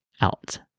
out